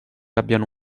abbiano